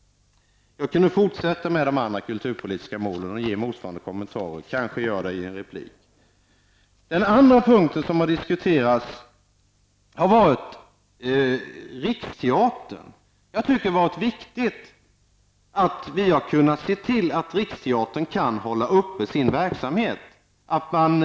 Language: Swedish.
Jag kunde fortsätta med att kommentera de övriga kulturpolitiska målen, men jag kanske återkommer till dem senare i någon replik. En annan fråga som har diskuterats är Riksteatern. Jag tycker att det har varit angeläget att se till att Riksteatern kan uppehålla sin verksamhet.